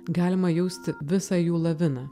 galima jausti visą jų laviną